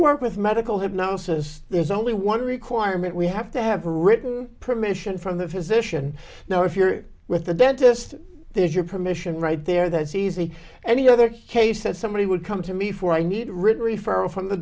work with medical hypnosis there's only one requirement we have to have written permission from the physician no if you're with the dentist there's your permission right there that's easy any other case that somebody would come to me for i need a referral from the